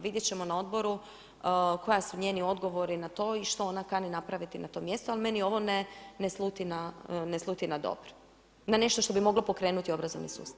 Vidjeti ćemo na odboru koji su njeni odgovori na to i što ona kani napraviti na tom mjestu ali meni ovo ne sluti na dobro, na nešto što bi moglo pokrenuti obrazovni sustav.